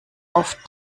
auf